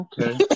Okay